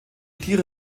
tiere